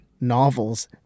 novels